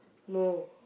no